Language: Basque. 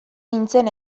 nintzen